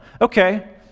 Okay